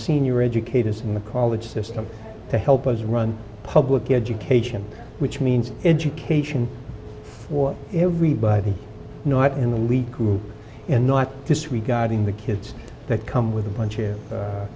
senior educators in the college system to help us run public education which means education for everybody in the elite group and not disregarding the kids that come with a bunch